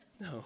No